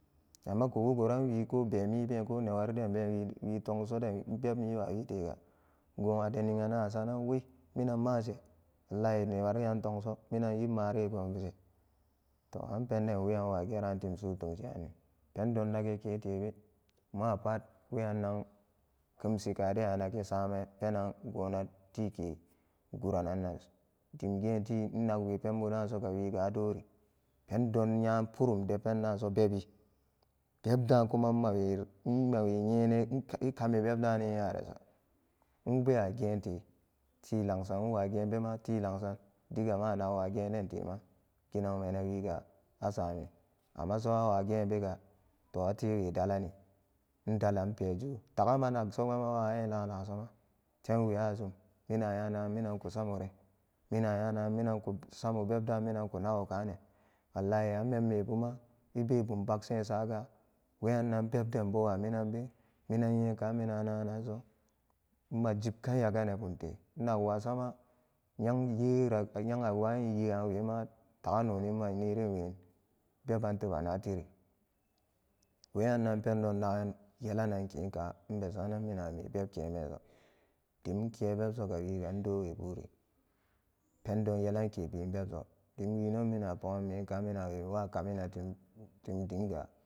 Amma kuwugoran wiko bemibe ko newari denbe wi-witongsoden bebmi wawi tega go adeniganan asanan wiy minan mase wallahi newariyan tongso minan yibamre gonshe to an penden weyan wageratim su'u tengshirami pendon naganke tebe mapat weyannan kemsi ade anak a samen penan gona tike gurananso dimgenti inagwepembudansoga wiga adori pendon nya purum de pendunso bebi bebdan kuma mawe-inmawe nyinan e kami bebda ne nyareso in bewe gente tilangsan inwa genbema ti langsan digama anagwa gen dente ma ginagmanan wiga asami amma sog awugenbega to atewe dalani in dalan inpéju tagama nagsoma mawayi laalansoma temwe ajum minan a nya nagan minan ku samore mina anya nagan minaku samo bebda minanku nago kane wallahi an memmebuma ebubum bagse suga weyannan bebdenbo wa minanbe minan nyeka minan a nagananso majibkan yaganan bumte innak wasuma yeng yera ga yeng a wayin ye'awema taga noni ma ninwe beban teba natin weyannan pendon nagan yelanan kenka inbe sa'anan minan ame bebkebenso dim inke bebsoga wiga indowe buuri pendon yelanke bin bebso dimwino mina a pogenme ka mina amewakamine ti dinga.